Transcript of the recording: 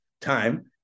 time